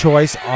Choice